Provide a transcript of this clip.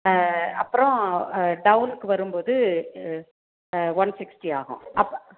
அப்புறம் டவுனுக்கு வரும்போது ஒன் சிக்ஸ்டி ஆகும் அப்போ